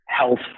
health